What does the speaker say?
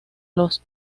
los